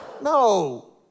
No